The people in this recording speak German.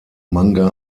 manga